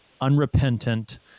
unrepentant